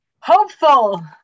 hopeful